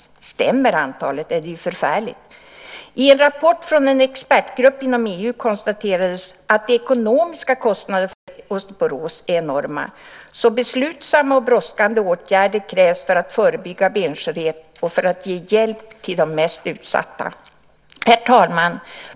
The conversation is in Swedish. Om antalet stämmer är det förfärligt. I en rapport från en expertgrupp inom EU konstaterades att de ekonomiska kostnaderna för osteoporos är enorma. Beslutsamma och brådskande åtgärder krävs alltså för att förebygga benskörhet och för att ge hjälp till de mest utsatta. Herr talman!